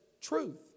truth